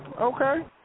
Okay